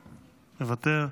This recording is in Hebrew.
מוותר,